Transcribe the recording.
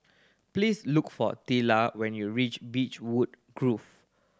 please look for Tilla when you reach Beechwood Grove